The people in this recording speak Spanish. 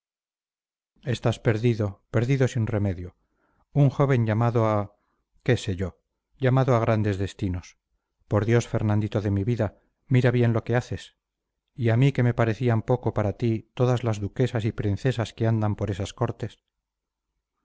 estás perdido perdido sin remedio un joven llamado a qué sé yo llamado a grandes destinos por dios fernandito de mi vida mira bien lo que haces y a mí que me parecían poco para ti todas las duquesas y princesas que andan por esas cortes